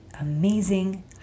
amazing